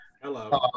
Hello